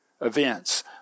events